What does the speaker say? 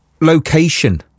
location